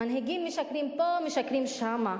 מנהיגים משקרים פה, משקרים שם,